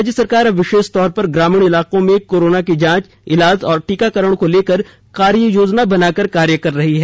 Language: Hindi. राज्य सरकार अब विशेष तौर पर ग्रामीण इलाकों में कोरोना की जांच इलाज और टीकाकरण को लेकर कार्ययोजना बनाकर कार्य कर रही है